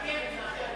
אבל הרכבת מאחרת.